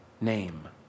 name